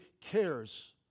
cares